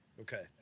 Okay